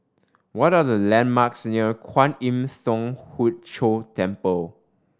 what are the landmarks near Kwan Im Thong Hood Cho Temple